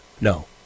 no